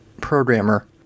programmer